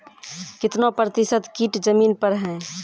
कितना प्रतिसत कीट जमीन पर हैं?